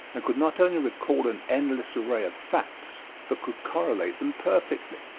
and could not only recall an endless array of facts but could correlate them perfectly.